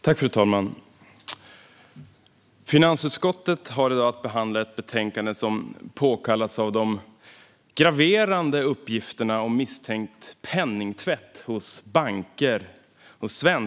Fru talman! Finansutskottet har i dag att behandla ett betänkande som har påkallats av de graverande uppgifterna om misstänkt penningtvätt hos svenska banker i Baltikum.